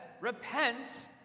repent